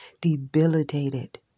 debilitated